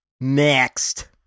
next